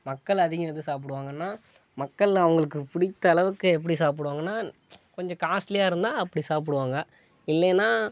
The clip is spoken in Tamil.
மக்கள் அதிகம் எது சாப்பிடுவாங்கன்னா மக்கள் அவங்களுக்கு பிடித்த அளவுக்கு எப்படி சாப்பிடுவாங்கன்னா கொஞ்சம் காஸ்ட்லியாக இருந்தால் அப்படி சாப்பிடுவாங்க இல்லைன்னா